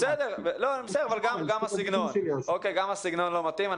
בסדר, אבל גם הסגנון לא מתאים.